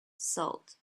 salt